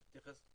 שתתייחס,